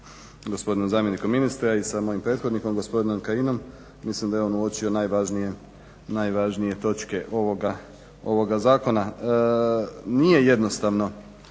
gospodinom zamjenikom ministra i sa mojim prethodnikom gospodinom Kajinom. Mislim da je on uočio najvažnije točke ovoga zakona. Nije jednostavno